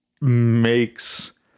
makes